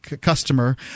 customer